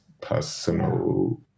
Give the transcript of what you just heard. personal